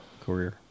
career